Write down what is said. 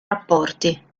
rapporti